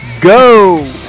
Go